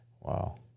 Wow